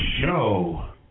Show